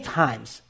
times